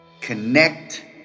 Connect